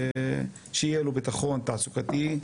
שיהיה ביטחון תעסוקתי,